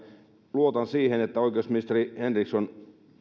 luotan siihen että oikeusministeri henriksson